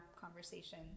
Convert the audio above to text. conversation